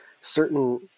certain